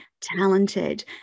talented